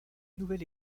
nouvel